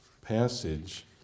passage